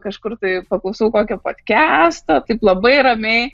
kažkur tai paklausau kokio podkesto taip labai ramiai